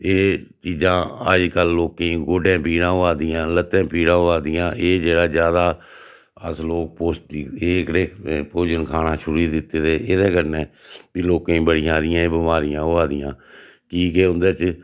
एह् चीजां अज्जकल लोकें गी गोड्डे पीड़ां होआ दियां लत्तें पीड़ां होआ दियां एह् जेह्ड़ा ज्यादा अस लोक पोश्टिक एह्कड़े भोजन खाना छुड़ी दित्ते दे एह्दे कन्नै बी लोकें गी बड़ी हारियां एह् बमारियां होआ दियां कि के उं'दे च